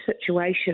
situation